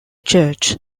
church